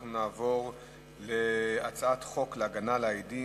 אנחנו נעבור להצעת חוק להגנה על עדים